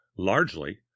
Largely